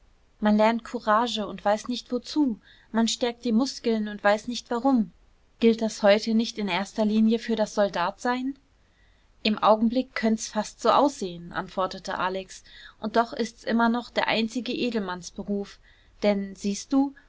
man lernt courage und weiß nicht wozu man stärkt die muskeln und weiß nicht warum gilt das heute nicht in erster linie für das soldatsein im augenblick könnt's fast so aussehen antwortete alex und doch ist's immer noch der einzige edelmannsberuf denn siehst du